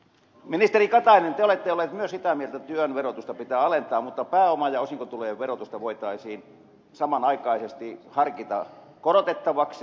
ministeri katainen te olette ollut myös sitä mieltä että työn verotusta pitää alentaa mutta pääoma ja osinkotulojen verotusta voitaisiin samanaikaisesti harkita korotettavaksi